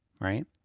right